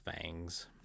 fangs